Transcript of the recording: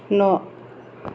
न'